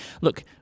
look